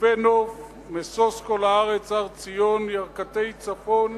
יפה נוף משוש כל הארץ הר ציון ירכתי צפון